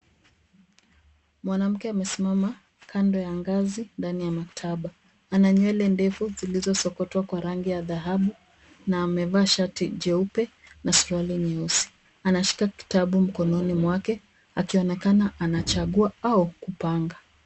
Mwanamke amesimama kando ya ngazi ndani ya maktaba. Ana nywele ndefu zilizosokotwa kwa rangi ya dhahabu na amevaa shati jeupe na suruli nyeusi. Anashika kitabu mkononi mwake akionekana anachagua au kupanga.